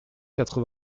quatre